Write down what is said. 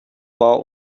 war